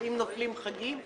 ואם נופלים חגים,